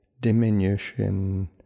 diminution